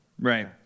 Right